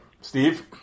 Steve